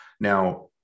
Now